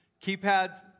Keypads